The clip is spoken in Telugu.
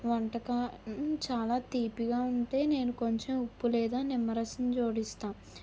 వంటకం చాలా తీపిగా ఉంటే నేను కొంచెం ఉప్పు లేదా నిమ్మరసం జోడిస్తాను